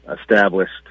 established